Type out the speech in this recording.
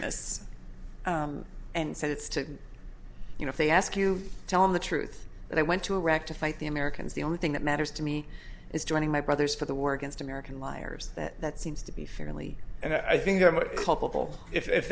this and said it's to you know if they ask you tell the truth that i went to iraq to fight the americans the only thing that matters to me is joining my brothers for the war against american liars that seems to be fairly